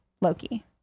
Loki